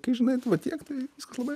kai žinai va tiek viskas labai